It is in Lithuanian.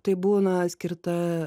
tai būna skirta